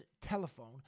telephone